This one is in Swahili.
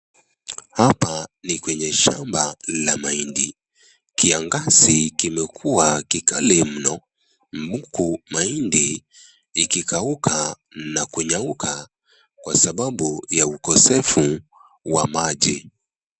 Hapa ni kwenye shamba la mahindi, kiangazi kimekuwa kikali mno, huku mahindi ikikauka na kunyauka kwa sababu ya ukosefu ya maji.